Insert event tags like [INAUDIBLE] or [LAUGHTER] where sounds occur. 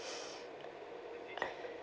[BREATH]